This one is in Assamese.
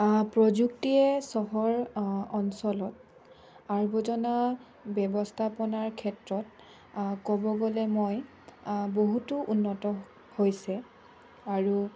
প্ৰযুক্তিয়ে চহৰ অঞ্চলত আৱৰ্জনা ব্যৱস্থাপনাৰ ক্ষেত্ৰত ক'ব গ'লে মই বহুতো উন্নত হৈছে আৰু